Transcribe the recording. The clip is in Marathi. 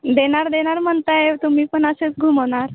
देणार देणार म्हणताय तुम्ही पण असेच घुमवणार